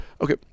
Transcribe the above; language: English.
Okay